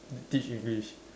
teach English